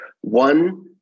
one